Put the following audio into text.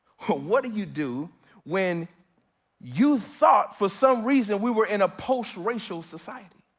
what do you do when you thought for some reason, we were in a post-racial society?